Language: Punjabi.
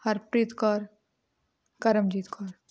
ਹਰਪ੍ਰੀਤ ਕੌਰ ਕਰਮਜੀਤ ਕੌਰ